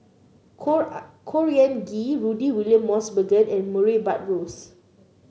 Khor Khor Ean Ghee Rudy William Mosbergen and Murray Buttrose